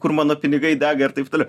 kur mano pinigai dega ir taip toliau